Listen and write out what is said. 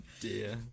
dear